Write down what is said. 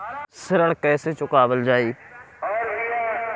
ऋण कैसे चुकावल जाई?